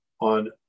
on